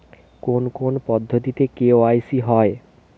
কোন কোন পদ্ধতিতে কে.ওয়াই.সি হয়?